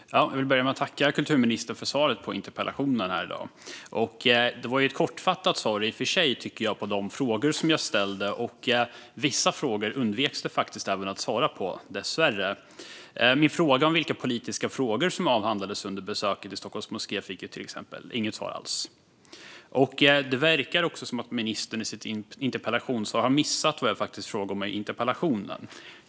Fru talman! Jag vill börja med att tacka kulturministern för svaret på interpellationen här i dag. Det var i och för sig ett kortfattat svar på de frågor som jag ställde. Vissa frågor undvek ministern dessvärre att svara på. Min fråga om vilka politiska frågor som avhandlades under besöket i Stockholms moské fick jag till exempel inget svar alls på. Det verkar också som att ministern i sitt interpellationssvar har missat vad jag frågat om i interpellationen.